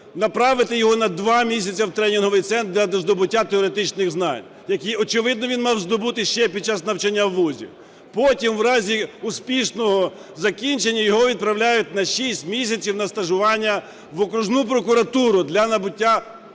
направити його на два місяці в тренінговий центр для здобуття теоретичних знань, які очевидно він мав здобути ще під час навчання у вузі. Потім, у разі успішного закінчення, його відправляють на 6 місяців на стажування в окружну прокуратуру для набуття